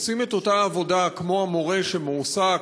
עושים את אותה עבודה כמו המורה שמועסק